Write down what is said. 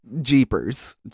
jeepers